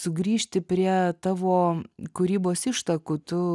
sugrįžti prie tavo kūrybos ištakų tu